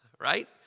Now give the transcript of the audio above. right